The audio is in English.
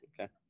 Okay